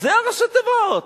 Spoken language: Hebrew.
זה הראשי תיבות.